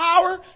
power